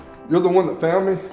you're the one that found me?